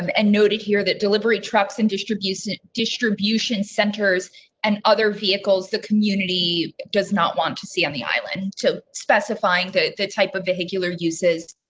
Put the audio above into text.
and noted here. that delivery trucks and distribution distribution centers and other vehicles the community does not want to see on the island to specifying the the type of regular uses.